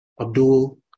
Abdul